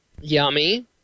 Yummy